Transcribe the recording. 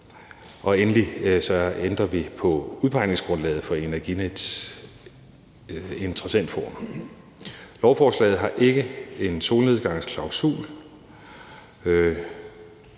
Derudover ændrer vi på udpegningsgrundlaget for Energinets interessentforum. Lovforslaget har ikke en solnedgangsklausul.